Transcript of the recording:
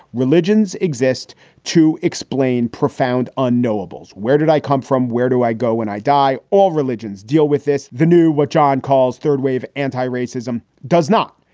religions exist to explain profound unknowables. where did i come from? where do i go when i die? all religions deal with this. the new what john calls third wave anti-racism does not.